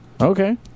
Okay